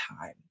time